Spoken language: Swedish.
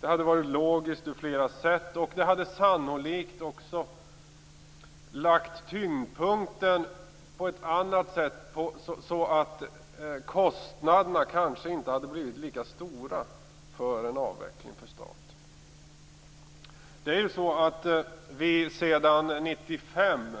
Det hade varit logiskt på flera sätt, och det hade sannolikt också gjort att statens kostnader för avvecklingen inte hade blivit lika stora. Vi har sedan 1995